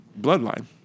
bloodline